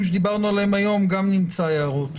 עליהם דיברנו היום וגם נמצא הערות.